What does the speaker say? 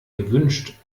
gewünscht